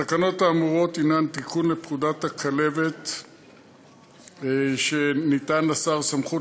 1 2. התקנות האמורות הנן תיקונים לפקודת הכלבת שייתנו לשר סמכות